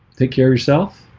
take care yourself